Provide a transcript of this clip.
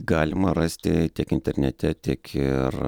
galima rasti tiek internete tiek ir